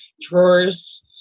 drawers